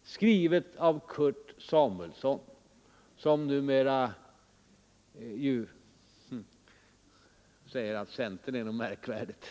och skrivet av Kurt Samuelsson, som ju numera — hm, säger att centern är någonting märkvärdigt ...